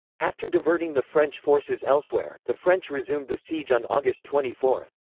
after diverting the french forces elsewhere, the french resumed the siege on august twenty four.